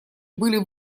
были